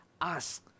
ask